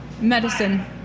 medicine